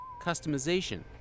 customization